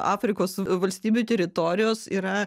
afrikos valstybių teritorijos yra